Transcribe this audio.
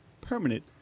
permanent